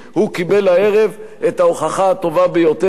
הוא קיבל הערב את ההוכחה הטובה ביותר.